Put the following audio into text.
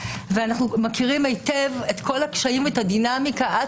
ואנחנו מכירים היטב את כל הקשיים ואת הדינמיקה עד